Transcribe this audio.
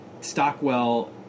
Stockwell